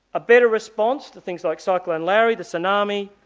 a better response to things like cyclone larry, the tsunami,